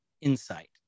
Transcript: insight